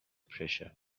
pressure